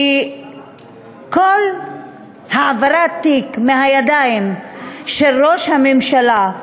כי כל העברת תיק מהידיים של ראש הממשלה,